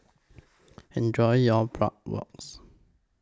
Enjoy your Bratwurst